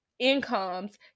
incomes